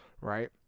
right